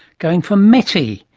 going for meti,